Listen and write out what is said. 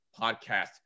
podcast